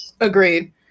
Agreed